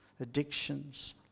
addictions